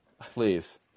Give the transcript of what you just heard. Please